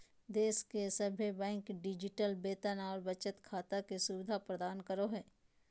देश के सभे बैंक डिजिटल वेतन और बचत खाता के सुविधा प्रदान करो हय